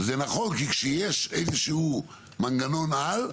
זה נכון, כי כשיש איזשהו מנגנון על,